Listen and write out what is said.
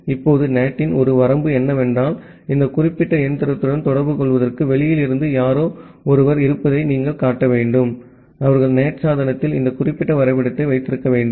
இப்போது NAT இன் ஒரு வரம்பு என்னவென்றால் இந்த குறிப்பிட்ட இயந்திரத்துடன் தொடர்புகொள்வதற்கு வெளியில் இருந்து யாரோ ஒருவர் இருப்பதை நீங்கள் காட்ட வேண்டும் அவர்கள் NAT சாதனத்தில் இந்த குறிப்பிட்ட வரைபடத்தை வைத்திருக்க வேண்டும்